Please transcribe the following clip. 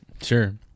Sure